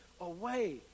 away